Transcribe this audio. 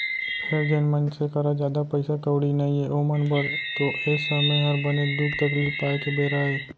फेर जेन मनसे करा जादा पइसा कउड़ी नइये ओमन बर तो ए समे हर बनेच दुख तकलीफ पाए के बेरा अय